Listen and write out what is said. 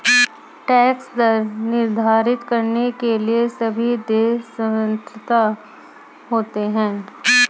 tax दर निर्धारित करने के लिए सभी देश स्वतंत्र होते है